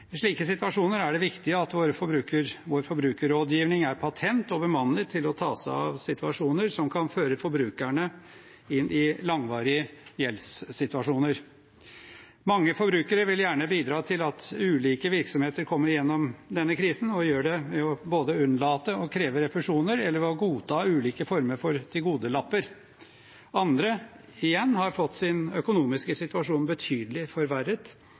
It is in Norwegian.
I slike situasjoner er det viktig at vår forbrukerrådgivning er patent og bemannet til å ta seg av situasjoner som kan føre forbrukerne inn i langvarige gjeldssituasjoner. Mange forbrukere vil gjerne bidra til at ulike virksomheter kommer gjennom denne krisen, og gjør det ved å unnlate å kreve refusjoner eller ved å godta ulike former for tilgodelapper. Andre igjen har fått sin økonomiske situasjon betydelig forverret